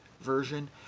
version